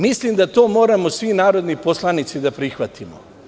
Mislim da to moramo svi narodni poslanici da prihvatimo.